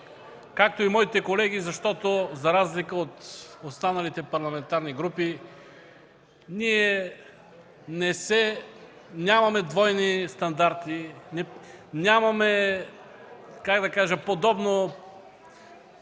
както и моите колеги, защото за разлика от останалите парламентарни групи ние нямаме двойни стандарти, нямаме подобно